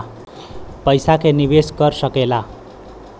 पइसा के निवेस कर सकेला